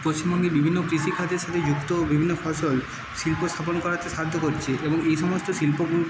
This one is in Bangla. পশ্চিমবঙ্গে বিভিন্ন কৃষিকাজের সঙ্গে যুক্ত বিভিন্ন ফসল শিল্প স্থাপন করাকে স্বার্থক করছে এবং এই সমস্ত শিল্পগুলো